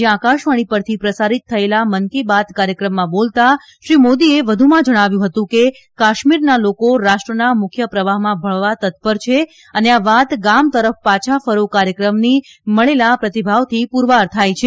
આજે આકાશવાણી પરથી પ્રસારિત થયેલા મન કી બાત કાર્યક્રમમાં બોલતાં શ્રી મોદીએ વધુમાં જણાવ્યું હતું કે કાશ્મીરના લોકો રાષ્ટ્રના મુખ્ય પ્રવાહમાં ભળવા તત્પર છે અને આ વાત ગામ તરફ પાછા ફરો કાર્યક્રમની મળેલા પ્રતિભાવ થી પુરવાર થાય છે